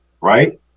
right